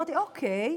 אמרתי: אוקיי.